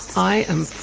i am